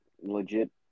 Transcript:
legit